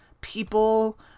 people